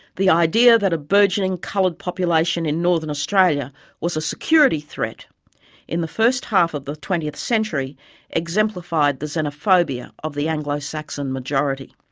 the idea that a burgeoning coloured population in northern australia was a security threat in the first half of the twentieth century exemplified the xenophobia of the anglo-saxon majority.